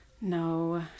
No